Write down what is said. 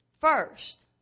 first